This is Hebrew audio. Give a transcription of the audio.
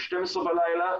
ב-24:00 בלילה,